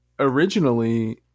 Originally